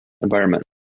environment